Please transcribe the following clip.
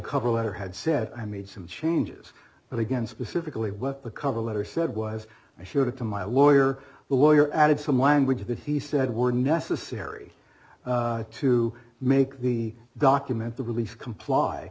cover letter had said i made some changes but again specifically what the cover letter said was i showed it to my lawyer the lawyer added some language that he said were necessary to make the document the release comply